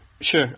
Sure